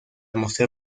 mostrar